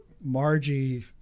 Margie